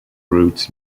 roots